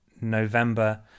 November